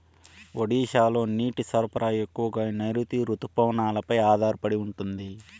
ఒడిశాలో నీటి సరఫరా ఎక్కువగా నైరుతి రుతుపవనాలపై ఆధారపడి ఉంటుంది